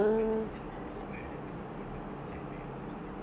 I think he just need a secret identity that's why just like that costume